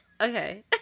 Okay